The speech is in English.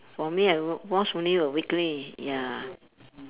for me I w~ wash only err weekly ya